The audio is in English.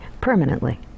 permanently